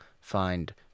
find